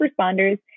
responders